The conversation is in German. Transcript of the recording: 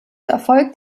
erfolgt